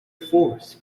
forests